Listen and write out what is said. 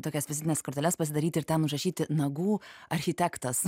tokias vizitines korteles pasidaryti ir ten užrašyti nagų architektas